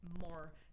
more